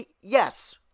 Yes